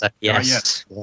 Yes